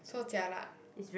so jialat